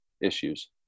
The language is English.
issues